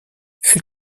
elle